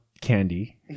candy